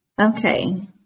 Okay